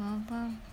faham faham